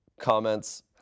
Comments